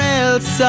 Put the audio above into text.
else